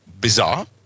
bizarre